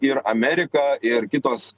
ir amerika ir kitos